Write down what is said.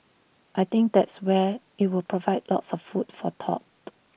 I think that's where IT will provide lots of food for thought